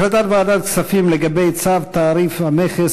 החלטת ועדת הכספים לגבי צו תעריף המכס